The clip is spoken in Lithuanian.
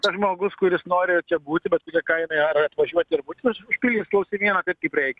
tas žmogus kuris nori čia būti bet kokia kaina ar atvažiuoti ir būti na jis užpildys klausimyną taip kaip reikia